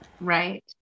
Right